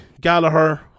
Gallagher